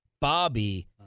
Bobby